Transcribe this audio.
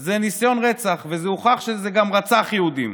זה ניסיון רצח, וזה הוכח שזה גם רצח יהודים.